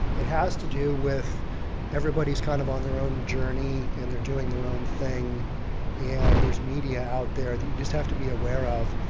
it has to do with everybody's kind of on their own journey and they're doing their own thing and there's media out there that you just have to be aware of.